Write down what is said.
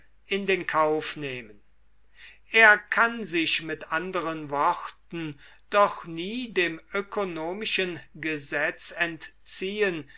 in den kauf nehmen er kann sich mit anderen worten doch nie dem ökonomischen gesetz